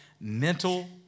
Mental